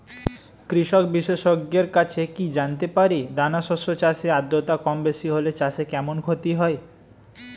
কৃষক বিশেষজ্ঞের কাছে কি জানতে পারি দানা শস্য চাষে আদ্রতা কমবেশি হলে চাষে কেমন ক্ষতি হয়?